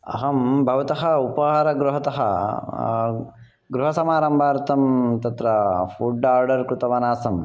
अहं भवतः उपहारगृहतः गृहसमारम्भार्थं तत्र फु़ड् ओर्डर् कृतवान् आसम्